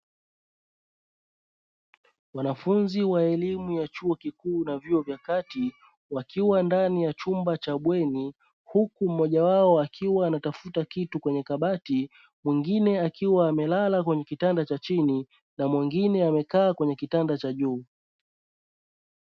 Wanafunzi wa elimu ya chuo kikuu na vyuo vya kati wakiwa ndani ya chumba cha bweni, huku mmoja wao akiwa anatafuta kitu kwenye kabati mwengine akiwa amelala kwenye kitanda cha chini na mwengine amekaa kwenye kitanda cha juu.